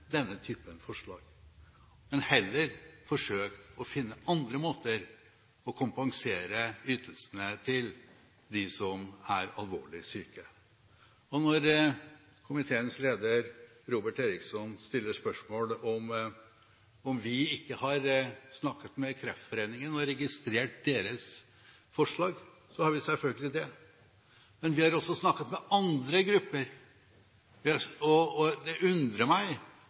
denne typen forslag, men heller forsøkt å finne andre måter å kompensere ytelsene på til dem som er alvorlig syke. Komiteens leder, Robert Eriksson, spør om vi ikke har snakket med Kreftforeningen og registrert deres forslag. Vi har selvfølgelig det, men vi har også snakket med andre grupper. Det undrer meg